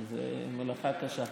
אבל זו מלאכה קשה.